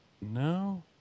No